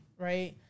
Right